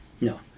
No